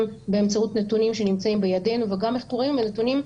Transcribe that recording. באמצעות נתונים שנמצאים בידינו וגם מחקרים ונתונים,